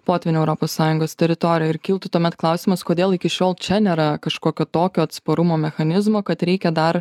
potvynį europos sąjungos teritorijoj ir kiltų tuomet klausimas kodėl iki šiol čia nėra kažkokio tokio atsparumo mechanizmo kad reikia dar